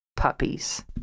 puppies